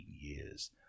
years